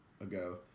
ago